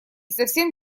совсем